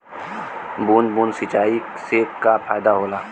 बूंद बूंद सिंचाई से का फायदा होला?